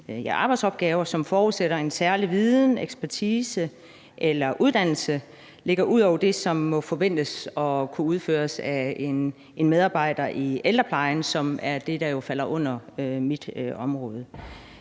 arbejdsopgaver, som forudsætter en særlig viden, ekspertise eller uddannelse ligger ud over det, som må forventes at kunne udføres af en medarbejder i ældreplejen, som er det, der falder under mit område.